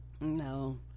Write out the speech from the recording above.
No